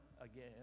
again